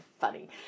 Funny